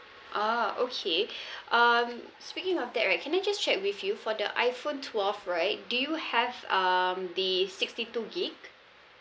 oh okay um speaking of that right can I just check with you for the iphone twelve right do you have um they sixty two gig